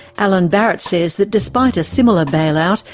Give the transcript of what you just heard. alan barrett says that despite a similar bailout,